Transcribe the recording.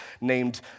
named